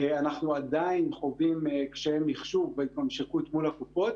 אנחנו עדיין חווים קשיי מחשוב בהתממשקות מול הקופות.